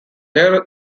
they